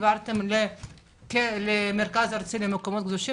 העברתם למרכז הארצי למקומות הקדושים